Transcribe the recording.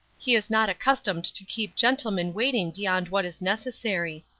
he is not accustomed to keep gentlemen waiting beyond what is necessary.